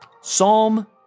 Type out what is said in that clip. Psalm